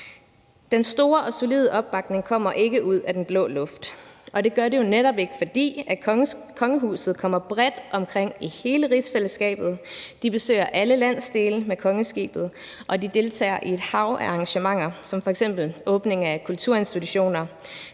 Den store og solide opbakning kommer ikke ud af den blå luft, og det gør det jo netop ikke, fordi kongehuset kommer bredt omkring i hele rigsfællesskabet. De besøger alle landsdele med kongeskibet, og de deltager i et hav af arrangementer som f.eks. åbningen af kulturinstitutioner,